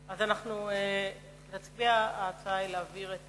אז ההצעה היא להעביר לוועדת העבודה והרווחה.